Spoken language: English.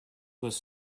was